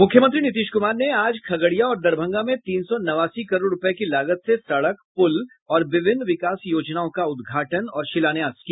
मुख्यमंत्री नीतीश कुमार ने आज खगड़िया और दरभंगा में तीन सौ नवासी करोड़ रूपये की लागत से सड़क पुल और विभिन्न विकास योजनाओं का उदघाटन और शिलान्यास किया